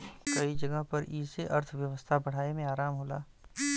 कई जगह पर ई से अर्थव्यवस्था बढ़ाए मे आराम होला